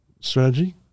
strategy